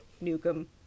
Newcomb